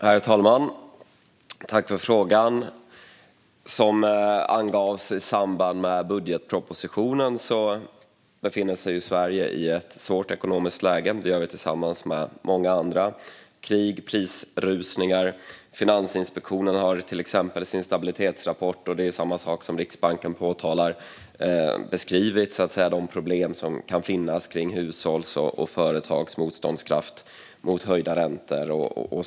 Herr talman! Jag tackar för frågan. Som angavs i samband med att budgetpropositionen lades fram befinner sig Sverige i ett svårt ekonomiskt läge. Det gör vi tillsammans med många andra. Det är krig och prisrusningar. Finansinspektionen har i sin stabilitetsrapport - och det har även Riksbanken gjort - beskrivit de problem som kan finnas för hushållens och företagens motståndskraft mot höjda räntor.